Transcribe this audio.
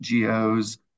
GOs